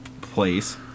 place